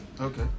Okay